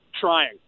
trying